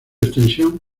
extensión